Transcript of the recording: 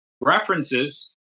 References